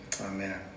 Amen